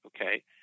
okay